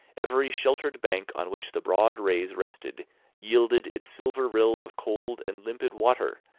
every sheltered bank on which the broad rays rested yielded its silver rill of cold and limpid water,